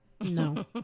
No